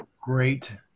great